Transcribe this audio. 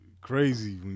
crazy